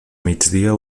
migdia